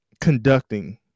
conducting